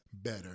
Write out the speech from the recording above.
Better